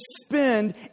spend